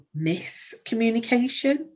miscommunication